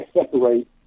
separate